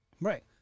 Right